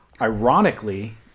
Ironically